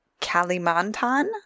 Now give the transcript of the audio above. Kalimantan